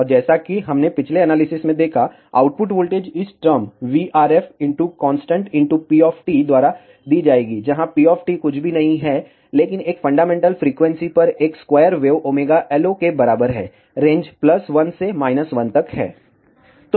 और जैसा कि हमने पिछले एनालिसिस में देखा है आउटपुट वोल्टेज इस टर्म VRF कांस्टेंट p द्वारा दी जाएगी जहां p कुछ भी नहीं है लेकिन एक फंडामेंटल फ्रीक्वेंसी पर एक स्क्वायर वेव ωLO के बराबर है रेंज 1 से 1 तक है